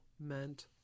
meant